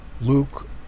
Luke